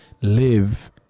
live